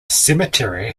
cemetery